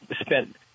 spent